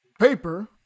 Paper